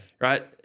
right